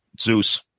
Zeus